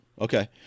Okay